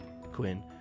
Quinn